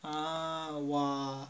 ah ah